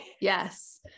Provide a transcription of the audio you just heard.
Yes